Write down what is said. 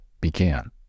began